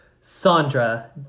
Sandra